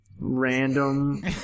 random